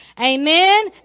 amen